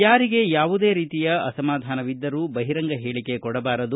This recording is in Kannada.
ಯಾರಿಗೆ ಯಾವುದೇ ರೀತಿಯ ಅಸಮಾಧಾನವಿದ್ದರೂ ಬಹಿರಂಗ ಹೇಳಕೆ ಕೊಡಬಾರದು